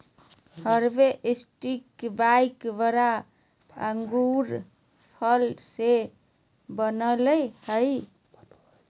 हर्बेस्टि wine बड़ा अंगूर फल से बनयय हइ